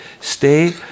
stay